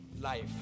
life